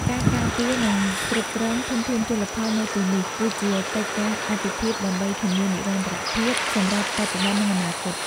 ការការពារ និងគ្រប់គ្រងធនធានជលផលនៅទីនេះ គឺជាកិច្ចការអាទិភាពដើម្បីធានានិរន្តរភាពសម្រាប់បច្ចុប្បន្ន និងអនាគត។